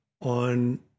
on